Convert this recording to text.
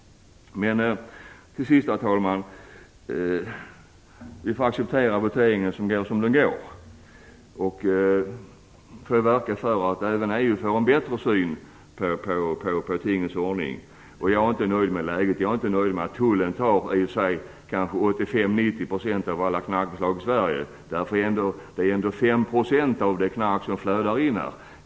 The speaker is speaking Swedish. Herr talman! Vi får acceptera att voteringen går som den går. Vi får verka för att även EU skall få en bättre syn på tingens ordning. Jag är inte nöjd med läget. Jag är inte nöjd med att tullen kanske gör 85 90 % av alla knarkbeslag i Sverige. Det är bara 5 % av det knark som flödar in här.